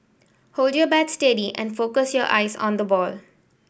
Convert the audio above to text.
hold your bat steady and focus your eyes on the ball